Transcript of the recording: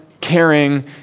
caring